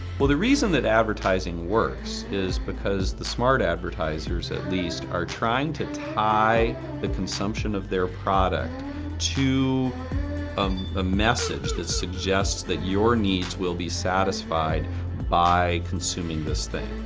well, the reason that advertising works is because the smart advertisers, at least, are trying to tie the consumption of their product to um a message that suggests that your needs will be satisfied by consuming this thing.